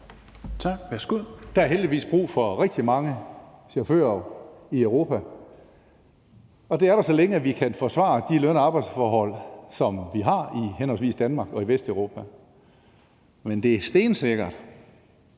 Der er heldigvis brug for rigtig mange chauffører i Europa, og det er der, så længe vi kan forsvare de løn- og arbejdsforhold, som vi har i henholdsvis Danmark og Vesteuropa. Men det er stensikkert,